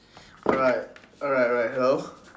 right alright alright hello